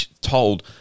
told